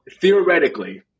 theoretically